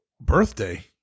birthday